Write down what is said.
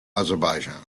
azerbaijan